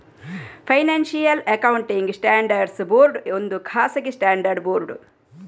financial accounting standards board ಒಂದು ಖಾಸಗಿ standard board